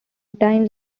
times